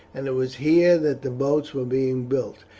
and it was here that the boats were being built.